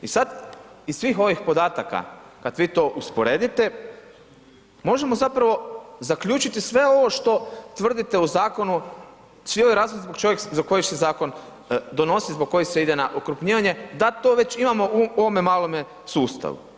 I sad iz svih ovih podataka kad vi to usporedite, možemo zapravo zaključiti sve ovo što tvrdite u zakonu, svi ovi razlozi za koje se zakon donosi, zbog koji se ide na okrupnjivanje da to već imamo u ovome malome sustavu.